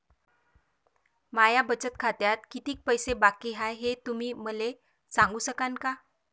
माया बचत खात्यात कितीक पैसे बाकी हाय, हे तुम्ही मले सांगू सकानं का?